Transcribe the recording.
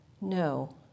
No